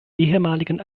ehemaligen